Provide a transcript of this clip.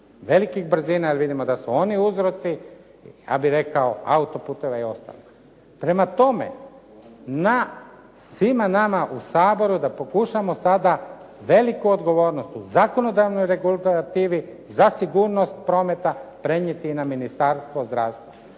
Velikih brzina, jer vidimo da su oni uzroci, ja bih rekao autoputova i ostalih. Prema tome, na svima nama u Saboru je da pokušamo sada veliku odgovornost u zakonodavnoj regulativi za sigurnost prometa prenijeti i na Ministarstvo zdravstva.